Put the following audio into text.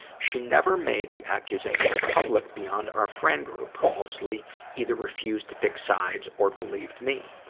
she never made the accusation public beyond our friend group, who mostly either refused to pick sides or believed me.